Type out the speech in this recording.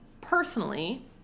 personally